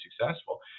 successful